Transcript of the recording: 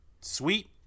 sweet